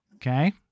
Okay